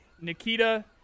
Nikita